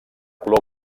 color